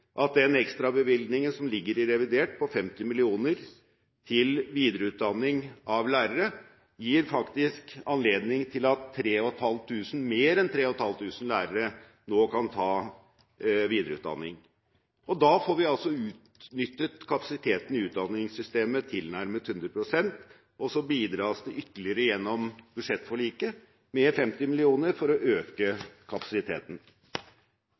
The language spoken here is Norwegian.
at den ekstrabevilgningen som ligger i revidert, på 50 mill. kr til videreutdanning av lærere, faktisk gir anledning til at mer enn 3 500 lærere nå kan ta videreutdanning. Da får vi utnyttet kapasiteten i utdanningssystemet tilnærmet 100 pst., og det bidras ytterligere, gjennom budsjettforliket, med 50 mill. kr for å øke kapasiteten.